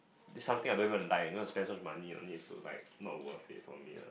this something I don't even like and I'm not going to spend so much money on it so like not worth it for me lah